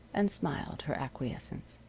and smiled her acquiescence.